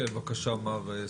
כן, בקשה מר סהר.